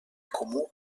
comú